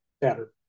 better